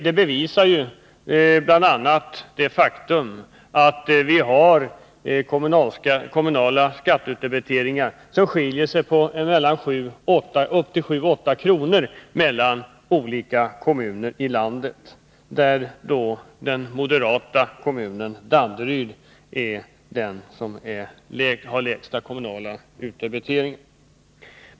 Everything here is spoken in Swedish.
Det visar bl.a. det faktum att vi har kommunala skatteutdebiteringar som skiljer sig åt med 7-8 kr. mellan olika kommuner i landet — den ”moderata” kommunen Danderyd har den lägsta kommunala utdebiteringen.